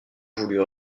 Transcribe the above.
voulu